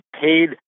paid